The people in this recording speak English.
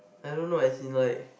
I don't know as in like